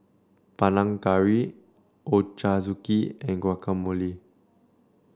Panang Curry Ochazuke and Guacamole